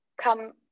come